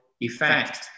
effect